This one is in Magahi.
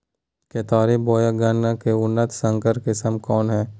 केतारी बोया गन्ना के उन्नत संकर किस्म कौन है?